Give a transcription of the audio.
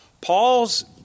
Paul's